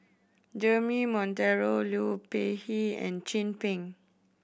Jeremy Monteiro Liu Peihe and Chin Peng